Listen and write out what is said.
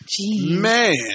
Man